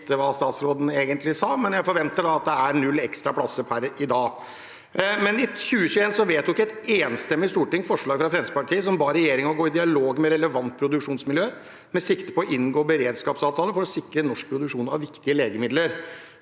og gjette hva statsråden egentlig sa, men jeg forventer da at det er null ekstra plasser per i dag. I 2021 vedtok et enstemmig storting forslag fra Fremskrittspartiet der en ba regjeringen «gå i dialog med relevante produksjonsmiljøer med sikte på å inngå beredskapsavtaler for å sikre norsk produksjon av viktige legemidler».